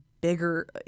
bigger